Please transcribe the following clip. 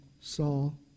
Saul